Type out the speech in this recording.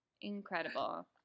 Incredible